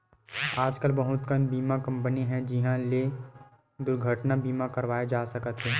आजकल बहुत कन बीमा कंपनी हे जिंहा ले दुरघटना बीमा करवाए जा सकत हे